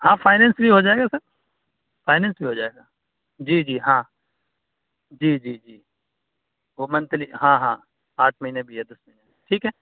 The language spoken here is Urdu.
ہاں فائننس بھی ہو جائے گا سر فائننس بھی ہو جائے گا جی جی ہاں جی جی جی وہ منتھلی ہاں ہاں آٹھ مہینے بھی ہے دس مہینے بھی ٹھیک ہے